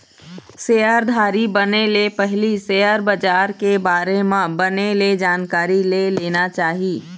सेयरधारी बने ले पहिली सेयर बजार के बारे म बने ले जानकारी ले लेना चाही